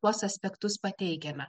tuos aspektus pateikiame